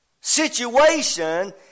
situation